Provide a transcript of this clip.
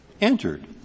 entered